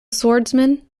swordsman